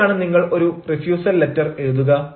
എങ്ങനെയാണ് നിങ്ങൾ ഒരു റിഫ്യുസൽ ലെറ്റർ എഴുതുക